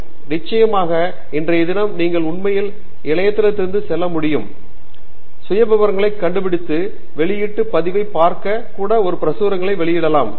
எனவே நிச்சயமாக இன்றைய தினம் நீங்கள் உண்மையிலேயே இணையத்தளத்திற்கு செல்ல முடியும் சுயவிவரங்களை கண்டுபிடித்து வெளியீட்டுப் பதிவைப் பார்க்கவும் கூட ஒரு பிரசுரங்களைப் படிக்கலாம்